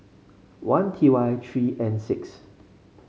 one T Y three N six